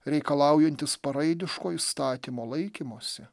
reikalaujantis paraidiško įstatymo laikymosi